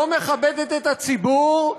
לא מכבדת את הציבור,